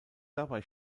dabei